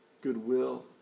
goodwill